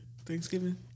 Thanksgiving